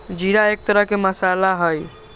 जीरा एक तरह के मसाला हई